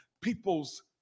people's